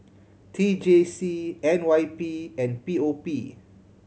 T J C N Y P and P O P